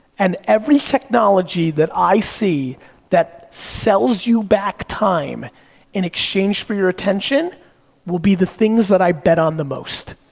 and every technology that i see that sells you back time in exchange for your attention will be the things that i bet on the most.